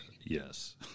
Yes